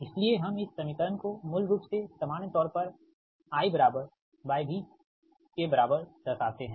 इसलिए हम इस समीकरण को मूल रूप से सामान्य तौर पर I बराबर y V के बराबर दर्शातें है